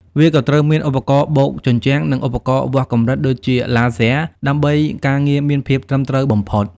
វាក៏ត្រូវមាន ឧបករណ៍បូកជញ្ជាំង និង ឧបករណ៍វាស់កម្រិត ដូចជាឡាស៊ែរដើម្បីឱ្យការងារមានភាពត្រឹមត្រូវបំផុត។